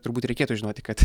turbūt reikėtų žinoti kad